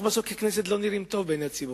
אנחנו בסוף ככנסת לא נראים טוב בעיני הציבור.